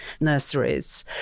nurseries